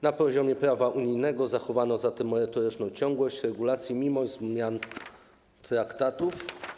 Na poziomie prawa unijnego zachowano zatem merytoryczną ciągłość regulacji mimo zmian traktatów.